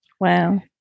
Wow